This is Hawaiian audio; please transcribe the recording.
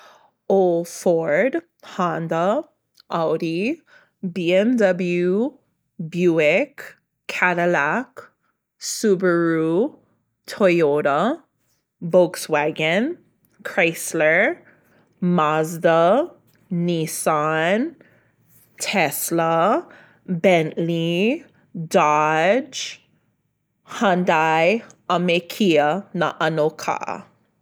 ʻO Ford, Honda, Audi, BMW, Buick, Cadillac, Subaru, Toyota, Volkswagen, Chrysler, Mazda, Nissan Tesla, Bentley, Dodge Hyundai a me Kia nā ʻano kaʻa.